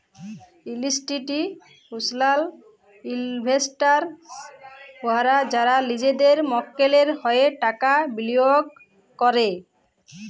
institutional investors উয়ারা যারা লিজেদের মক্কেলের হঁয়ে টাকা বিলিয়গ ক্যরে